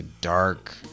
dark